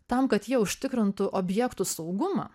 tam kad jie užtikrintų objektų saugumą